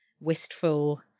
wistful